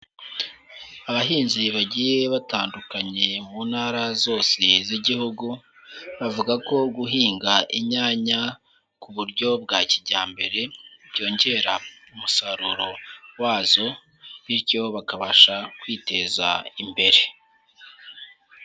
Abahinzi bagiye batandukanye mu ntara zose z'igihugu, bavuga ko guhinga inyanya ku buryo bwa kijyambere byongera umusaruro wazo bityo bakabasha kwiteza imbere.